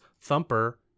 Thumper